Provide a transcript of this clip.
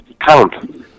count